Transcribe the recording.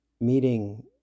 meeting